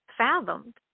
fathomed